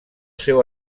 seu